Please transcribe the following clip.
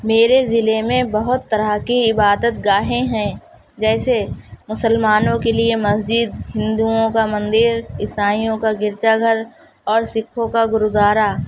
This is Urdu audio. میرے ضلعے میں بہت طرح کے عبادت گاہیں ہیں جیسے مسلمانوں کے لیے مسجد ہندوؤں کا مندر عیسائیوں کا گرجا گھر اور سکھوں کا گرودوارا